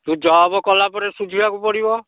ତୁ ଜବ୍ କଲାପରେ ଶୁଝିବାକୁ ପଡ଼ିବ